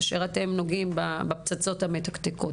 כאשר אתם נוגעים בפצצות המתקתקות.